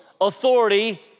authority